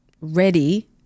ready